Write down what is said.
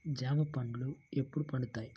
జామ పండ్లు ఎప్పుడు పండుతాయి?